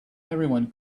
everyone